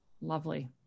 Lovely